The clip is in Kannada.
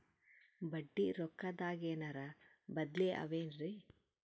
ಬಡ್ಡಿ ರೊಕ್ಕದಾಗೇನರ ಬದ್ಲೀ ಅವೇನ್ರಿ?